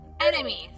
Enemies